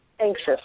anxious